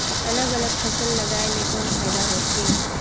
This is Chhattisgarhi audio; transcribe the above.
अलग अलग फसल लगाय ले कौन फायदा होथे?